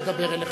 לדבר אליך.